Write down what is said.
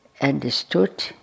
understood